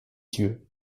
yeux